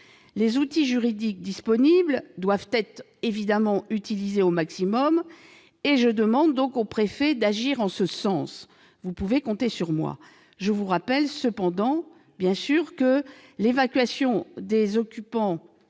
Les outils juridiques disponibles doivent être utilisés au maximum, et je demande aux préfets d'agir en ce sens : vous pouvez compter sur moi. Je vous rappelle toutefois que l'évacuation des occupants